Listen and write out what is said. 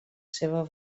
seva